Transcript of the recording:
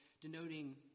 denoting